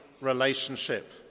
relationship